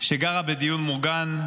שגרה בדיור מוגן,